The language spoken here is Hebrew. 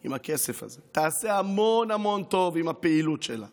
עם הכסף הזה, תעשה המון המון טוב עם הפעילות שלה